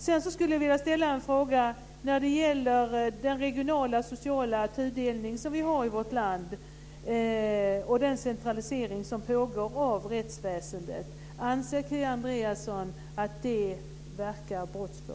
Sedan skulle jag vilja fråga Kia Andreasson om hon anser att den regionala och sociala tudelningen i vårt land samt den pågående centraliseringen av rättsväsendet verkar brottsförebyggande.